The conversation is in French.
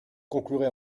conclurai